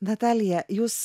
natalija jūs